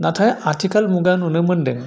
नाथाय आथिखालयाव नुनो मोन्दों